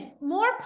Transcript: More